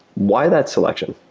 why that selection?